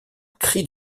cri